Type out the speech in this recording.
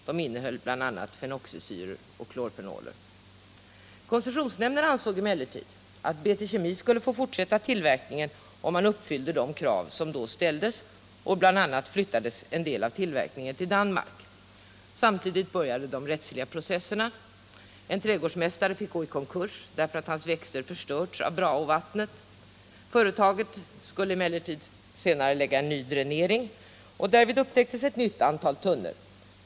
De innehöll bl.a. fenoxisyror och klorfenoler. Koncessionsnämnden ansåg emellertid att BT Kemi skulle få fortsätta tillverkningen om man uppfyllde de krav som då ställdes. Bl. a. flyttades en del av tillverkningen till Danmark. Samtidigt började de rättsliga processerna. En trädgårdsmästare fick gå i konkurs därför att hans växter förstörts av Braåvattnet. Företaget skulle dock senare lägga ny dränering, och därvid upptäcktes ett nytt antal tunnor.